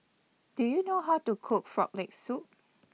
Do YOU know How to Cook Frog Leg Soup